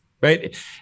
right